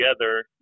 together